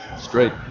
straight